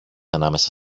ανάμεσα